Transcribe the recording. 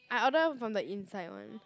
I order from the inside [one]